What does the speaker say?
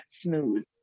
smooth